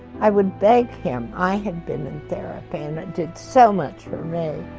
i would beg him i had been in therapy and it did so much for me.